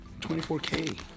24K